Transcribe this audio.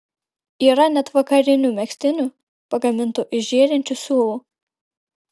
yra net vakarinių megztinių pagamintų iš žėrinčių siūlų